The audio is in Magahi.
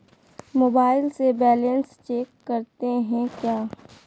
मोबाइल से बैलेंस चेक करते हैं क्या?